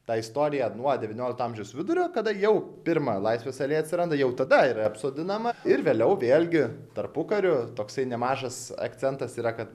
tą istoriją nuo devyniolikto amžiaus vidurio kada jau pirma laisvės alėja atsiranda jau tada yra apsodinama ir vėliau vėlgi tarpukariu toksai nemažas akcentas yra kad